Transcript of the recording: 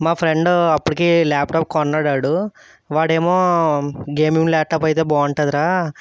మా ఫ్రెండు అప్పటికే ల్యాప్టాప్ కొన్నాడు వాడు వాడేమో గేమింగ్ ల్యాప్టాప్ అయితే బాగుంటుంది రా